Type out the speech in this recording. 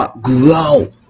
grow